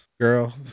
girl